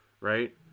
right